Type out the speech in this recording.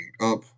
up